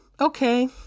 okay